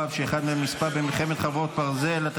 נספה במלחמת חרבות ברזל (תיקוני חקיקה),